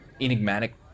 enigmatic